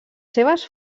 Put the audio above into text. seves